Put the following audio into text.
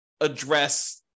address